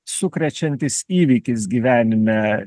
sukrečiantis įvykis gyvenime